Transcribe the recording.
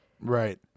Right